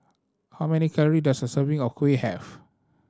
how many calorie does a serving of kuih have